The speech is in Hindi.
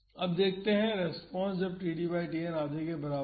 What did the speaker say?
अब देखते हैं रेस्पॉन्स जब td बाई Tn आधे के बराबर है